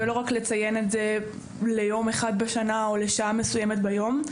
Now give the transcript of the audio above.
ולא רק לציין את זה ליום אחד בשנה או לשעה מסוימת ביום.